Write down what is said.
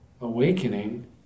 awakening